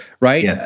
right